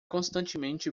constantemente